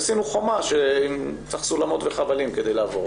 עשינו חומה שצריך סולמות וחבלים כדי לעבור